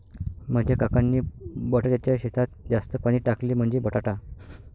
माझ्या काकांनी बटाट्याच्या शेतात जास्त पाणी टाकले, म्हणजे बटाटा